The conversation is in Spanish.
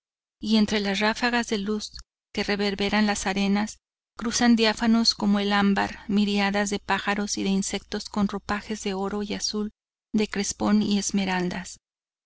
y entre las ráfagas de luz que reverberan las arenas cruzan diáfanos como el ámbar miríadas de pájaros y de insectos con ropajes de oro y azul de crespón y esmeraldas